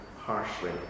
harshly